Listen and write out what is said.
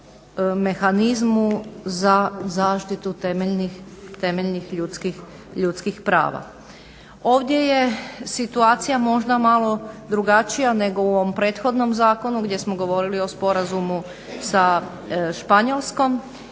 mehanizmu za zaštitu temeljnih ljudskih prava. Ovdje je situacija možda malo drugačija nego u ovom prethodnom zakonu gdje smo govorili o Sporazumu sa Španjolskom